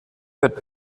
wird